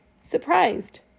surprised